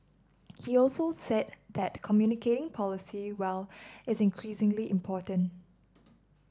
he also said that communicating policy well is increasingly important